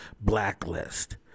Blacklist